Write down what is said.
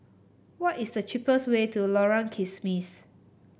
what is the cheapest way to Lorong Kismis